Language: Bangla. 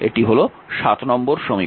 এটি হল নম্বর সমীকরণ